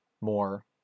more